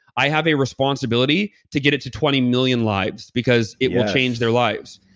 i have a responsibility to get it to twenty million lives because it will change their lives,